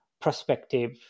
prospective